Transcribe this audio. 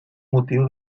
motiu